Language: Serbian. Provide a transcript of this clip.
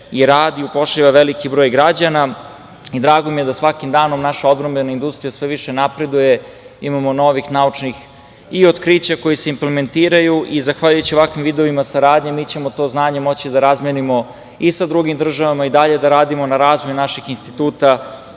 i radi, upošljava veliki broj građana. Drago mi je da svakim danom naša odbrambena industrija sve više napreduje, imamo novih naučnih i otkrića koja se implementiraju i zahvaljujući ovakvim vidovima saradnje mi ćemo to znanje moći da razmenimo i sa drugim državama i dalje da radimo na razvoju našeg instituta